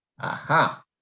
Aha